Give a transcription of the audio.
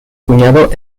cuñado